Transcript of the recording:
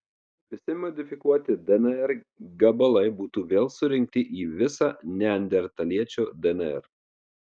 visi modifikuoti dnr gabalai būtų vėl surinkti į visą neandertaliečio dnr